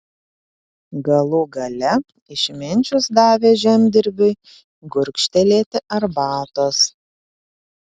galų gale išminčius davė žemdirbiui gurkštelėti arbatos